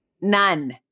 none